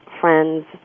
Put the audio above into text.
friends